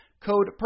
Code